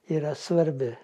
yra svarbi